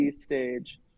stage